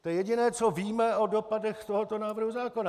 To je jediné, co víme o dopadech tohoto návrhu zákona.